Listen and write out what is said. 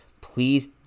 Please